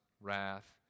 wrath